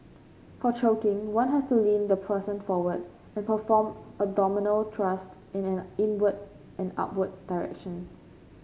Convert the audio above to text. for choking one has to lean the person forward and perform abdominal thrust in an inward and upward direction